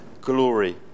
glory